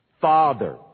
Father